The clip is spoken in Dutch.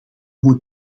moet